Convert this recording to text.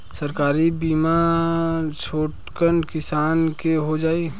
सरकारी बीमा छोटकन किसान क हो जाई?